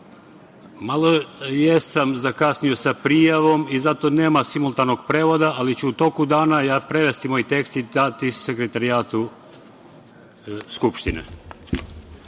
jesam zakasnio sa prijavom i zato nema simultanog prevoda, ali ću u toku dana prevesti moj tekst i dati Sekretarijatu Skupštine.